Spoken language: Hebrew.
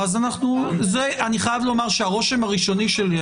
אני חייב לומר שהרושם הראשוני שלי,